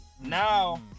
Now